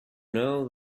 know